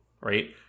right